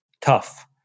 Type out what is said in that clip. tough